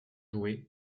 joués